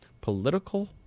Political